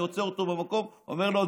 הייתי עוצר אותו במקום ואומר לו,